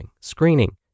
screening